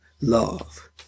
love